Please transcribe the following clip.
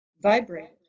vibrate